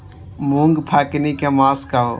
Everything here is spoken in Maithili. मूँग पकनी के मास कहू?